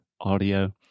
audio